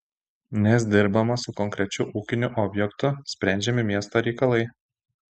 nes dirbama su konkrečiu ūkiniu objektu sprendžiami miesto reikalai